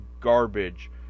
garbage